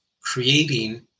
creating